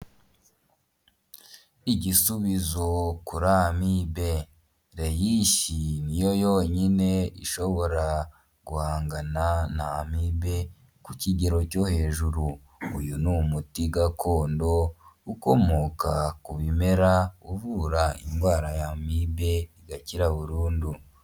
Igisubizo kuri amibe, reyishi ni yo yonyine ishobora guhangana na amibe ku kigero cyo hejuru, uyu ni umuti gakondo ukomoka ku bimera uvura indwara y'amibe igakira burundu.